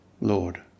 Lord